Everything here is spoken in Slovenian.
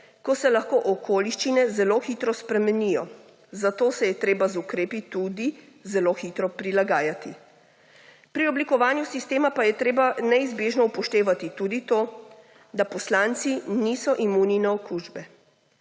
ko se okoliščine lahko zelo hitro spremenijo. Zato se je treba z ukrepi tudi zelo hitro prilagajati. Pri oblikovanju sistema pa je treba neizbežno upoštevati tudi to, da poslanci niso imuni na okužbe.